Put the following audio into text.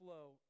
flow